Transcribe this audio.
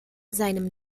seinem